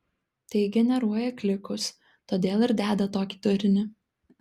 tai generuoja klikus todėl ir deda tokį turinį